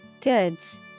Goods